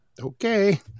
okay